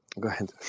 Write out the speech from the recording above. go ahead.